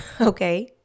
okay